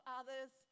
others